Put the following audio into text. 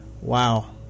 Wow